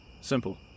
Simple